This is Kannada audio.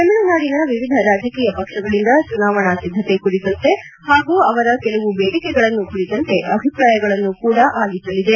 ತಮಿಳುನಾಡಿನ ವಿವಿಧ ರಾಜಕೀಯ ಪಕ್ಷಗಳಿಂದ ಚುನಾವಣಾ ಸಿದ್ದತೆ ಕುರಿತಂತೆ ಹಾಗೂ ಅವರ ಕೆಲವು ಬೇಡಿಕೆಗಳನ್ನು ಕುರಿತಂತೆ ಅಭಿಪ್ರಾಯಗಳನ್ನು ಕೂಡ ಆಲಿಸಲಿದೆ